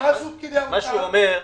מה שהוא אומר,